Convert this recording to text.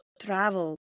travel